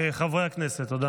חברי הכנסת, תודה.